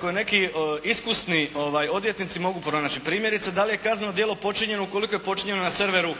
koje neki iskusni odvjetnici mogu pronaći. Primjerice da li je kazneno djelo počinjeno ukoliko je počinjeno na serveru